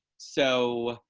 so,